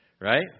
right